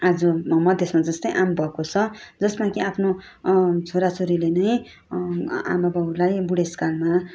आज मधेसमा जस्तै आम् भएको छ जसमा कि आफ्नो छोरा छोरीले नै आमा बाउलाई बुढेसकालमा